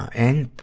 and,